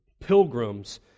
pilgrims